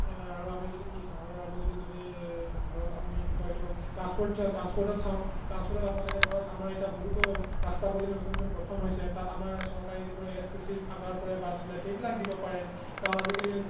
আৰু আমি যদি কি চাওঁ আৰু আমি যদি যদি ধৰক আপুনি কি কয় এইটো ট্ৰাঞ্চপৰ্ট ট্ৰাঞ্চপৰ্টত চাওঁ ট্ৰান্সপৰ্টত আপোনালোকে ধৰক আমাৰ এতিয়া বহুতো ৰাস্তা পদূলি নতুন নতুন গঠন হৈছে তাত আমাৰ চৰকাৰী যিবোৰ এ এছ টি চিৰ আণ্ডাৰত পৰে বাছবিলাক সেইবিলাক দিব পাৰে কাৰণ আজিকালি